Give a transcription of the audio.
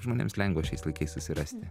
žmonėms lengva šiais laikais susirasti